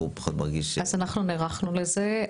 פחות מרגיש --- אז אנחנו נערכנו לזה.